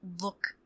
look